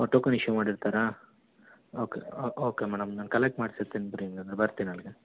ಓ token issue ಮಾಡಿರ್ತಾರಾ okay okay madam ನಾನು collect ಮಾಡ್ಸಿರ್ತಿನಿ ಬಿಡಿ ಹಂಗಾರೆ ಬರ್ತಿನಿ ಬಿಡಿ ಹಾಗಾದ್ರೆ ಅಲ್ಲಿಗೆ